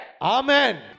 Amen